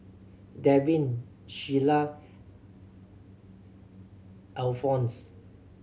Devin Shiela Alphons